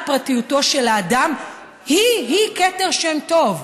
פרטיותו של האדם היא-היא כתר שם טוב,